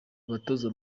abatoza